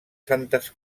santes